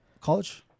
College